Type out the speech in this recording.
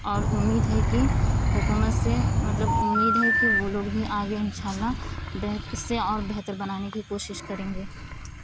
اور امید ہے کہ حکومت سے مطلب امید ہے کہ وہ لوگ بھی آگے ان شاء اللہ اس سے اور بہتر بنانے کی کوشش کریں گے